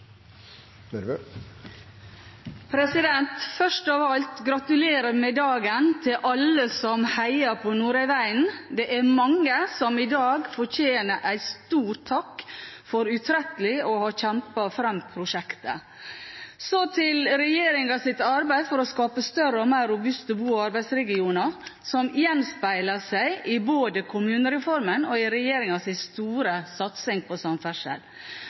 NTP-en. Først av alt: Gratulerer med dagen til alle som har heiet på Nordøyvegen! Det er mange som i dag fortjener en stor takk for utrettelig å ha kjempet fram prosjektet. Så til regjeringens arbeid for å skape større og mer robuste bo- og arbeidsregioner, som gjenspeiler seg i både kommunereformen og regjeringens store satsing på samferdsel.